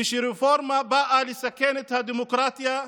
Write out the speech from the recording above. וכשרפורמה באה לסכן את הדמוקרטיה,